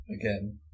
again